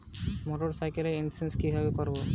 মোটরসাইকেলের ইন্সুরেন্স কিভাবে করব?